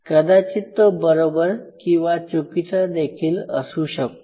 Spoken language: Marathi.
कदाचित तो बरोबर किंवा चुकीचा देखील असू शकतो